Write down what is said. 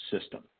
system